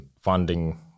funding